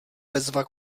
bezva